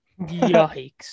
Yikes